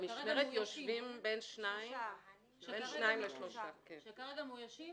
במשמרת יושבים בין שניים לשלושה, וכרגע מאוישים